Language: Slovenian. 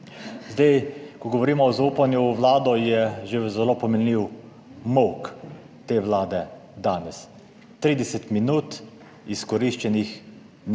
Zdaj, ko govorimo o zaupanju v Vlado, je že zelo pomenljiv molk te Vlade danes - 30 minut, izkoriščenih 0